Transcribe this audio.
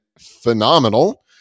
phenomenal